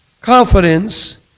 Confidence